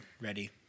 ready